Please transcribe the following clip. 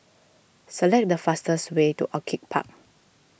select the fastest way to Orchid Park